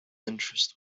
interest